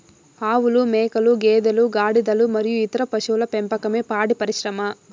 ఆవులు, మేకలు, గేదెలు, గాడిదలు మరియు ఇతర పశువుల పెంపకమే పాడి పరిశ్రమ